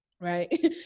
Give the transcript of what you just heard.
right